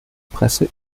presse